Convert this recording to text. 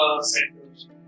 centers